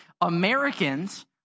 Americans